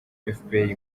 efuperi